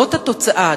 זאת התוצאה.